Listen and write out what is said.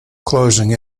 closing